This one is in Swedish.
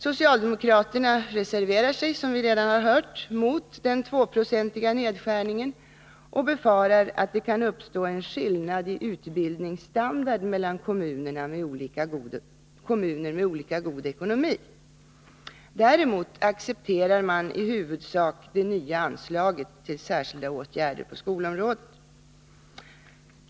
Socialdemokraterna reserverar sig, som vi redan hört, mot den 2 procentiga nedskärningen och befarar att det kan uppstå en skillnad i utbildningsstandard mellan kommuner med olika god ekonomi. Däremot accepterar man i huvudsak det nya anslaget till särskilda åtgärder på skolområdet.